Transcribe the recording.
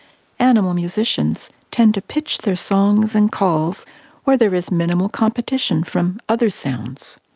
animal musicians tend to pitch their songs and calls where there is minimal competition from other sounds.